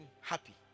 happy